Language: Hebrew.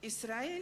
ישראל